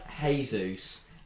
Jesus